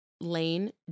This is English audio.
Lane